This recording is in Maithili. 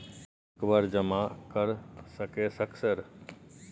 एक बार जमा कर सके सक सर?